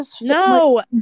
no